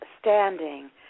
standing